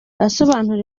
asobanura